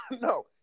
No